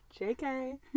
JK